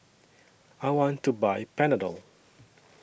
I want to Buy Panadol